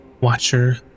Watcher